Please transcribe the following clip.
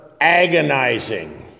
agonizing